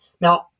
Now